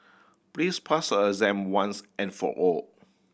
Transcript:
please pass a exam once and for all